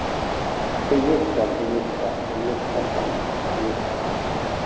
physics का physics का physics का सम फिजिक्स का